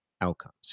outcomes